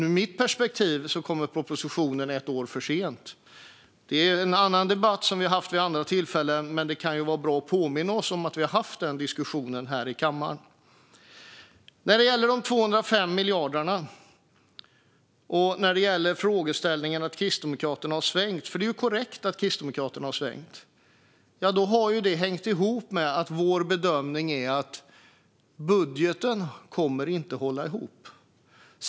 Men i mitt perspektiv kommer propositionen ett år för sent. Det är en annan debatt som vi har haft vid andra tillfällen, men det kan vara bra att påminna om att vi har haft denna diskussion i kammaren. Det är korrekt att Kristdemokraterna har svängt. Det hänger ihop med vår bedömning att budgeten på 205 miljarder inte håller.